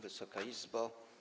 Wysoka Izbo!